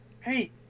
Hey